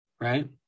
right